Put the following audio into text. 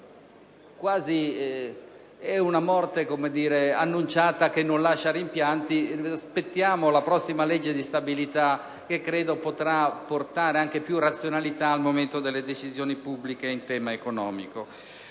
È una morte annunciata, che non lascia rimpianti. Aspettiamo la prossima legge di stabilità, che credo potrà portare anche più razionalità al momento delle decisioni pubbliche in tema economico.